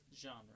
genre